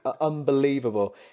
unbelievable